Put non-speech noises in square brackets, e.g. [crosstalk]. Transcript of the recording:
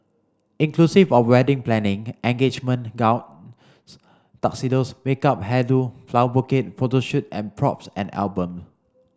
inclusive of wedding planning engagement gown [noise] tuxedos makeup hair do flower bouquet photo shoot and props and album